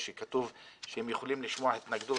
יוכל להשתתף בישיבה באמצעות שיחה טלפונית כך שיוכל לשמוע את כלל